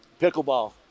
Pickleball